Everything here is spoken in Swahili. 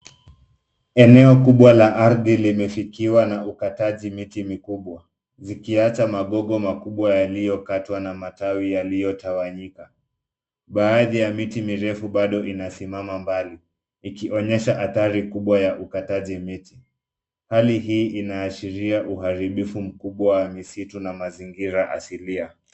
Eneo kubwa la ardhi limefikiwa na ukataji miti mikubwa zikiacha magogo makubwa yaliyokatwa na matawi yaliyotawanyika. Baadhi ya miti mirefu bado inasimama mbali ikionyesha hatari kubwa ya ukataji miti. Hali hii inaashiria uharibifu mkubwa wa misitu na mazingira asilia.